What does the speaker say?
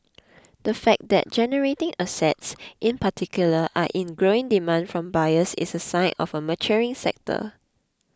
the fact that generating assets in particular are in growing demand from buyers is a sign of a maturing sector